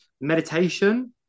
meditation